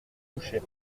coucher